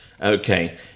Okay